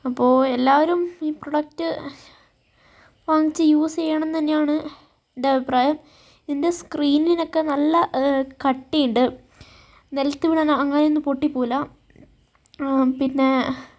അപ്പോൾ എല്ലാവരും ഈ പ്രോഡക്ട് വാങ്ങിച്ച് യൂസ് ചെയ്യണം എന്നെന്ന്യാണ് എൻ്റെ അഭിപ്രായം ഇതിൻ്റെ സ്ക്രീനിനൊക്കെ നല്ല കട്ടിയുണ്ട് നിലത്ത് വീണാലും അങ്ങനെയൊന്നും പോട്ടിപോകില്ല പിന്നെ